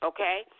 Okay